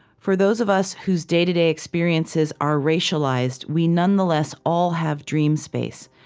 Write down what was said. for those of us whose day-to-day experiences are racialized, we nonetheless all have dream space,